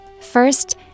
First